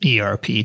ERP